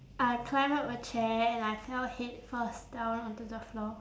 I climbed up a chair and I fell head-first down onto the floor